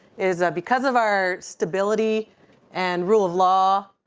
is because of our stability and rule of law,